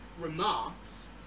remarks